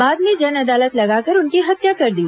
बाद में जनअदालत लगाकर उसकी हत्या कर दी